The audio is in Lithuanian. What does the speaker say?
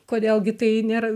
kodėl gi tai nėra